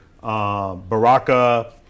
Baraka